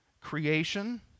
creation